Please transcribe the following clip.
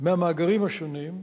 מהמאגרים השונים,